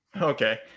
Okay